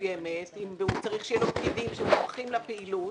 מסוימת והוא צריך שיהיו לו פקידים שמומחים לפעילות,